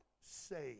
saved